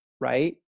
right